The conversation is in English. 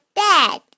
dad